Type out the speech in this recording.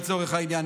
לצורך העניין,